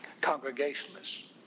Congregationalists